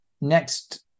Next